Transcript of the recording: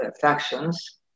factions